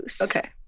Okay